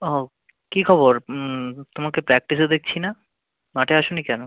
ও কী খবর তোমাকে প্র্যাকটিসে দেখছি না মাঠে আসো নি কেন